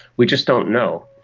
we just don't know.